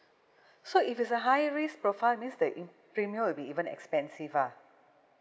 so if it's a high risk profile means that in~ premium will be even expensive ah